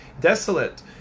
desolate